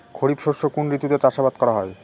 খরিফ শস্য কোন ঋতুতে চাষাবাদ করা হয়?